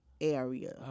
area